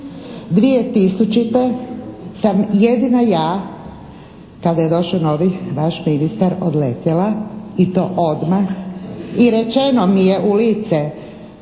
2000. sam jedina ja kada je došao novi vaš ministar odletjela i to odmah, i rečeno mi je u lice